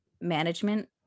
management